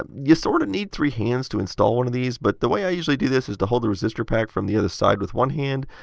um you sort of need three hands to install one of these, but the way i usually do this is i hold the resistor pack from the other side with one hand,